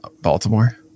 Baltimore